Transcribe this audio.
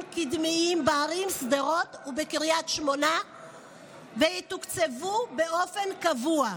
קדמיים בערים שדרות וקריית שמונה ויתוקצבו באופן קבוע.